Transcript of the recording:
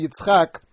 Yitzchak